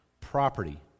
property